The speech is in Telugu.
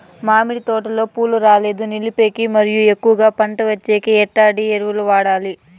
మామిడి తోటలో పూలు రాలేదు నిలిపేకి మరియు ఎక్కువగా పంట వచ్చేకి ఎట్లాంటి ఎరువులు వాడాలి?